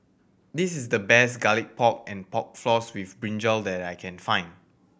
this is the best Garlic Pork and Pork Floss with brinjal that I can find